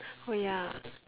oh ya